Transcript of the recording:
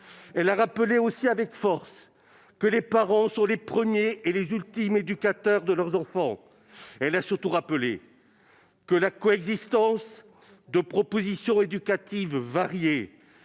Elle a aussi rappelé avec force que les parents sont les premiers et les ultimes éducateurs de leurs enfants. Elle a surtout rappelé que la coexistence de propositions éducatives variées